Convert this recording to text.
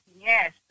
Yes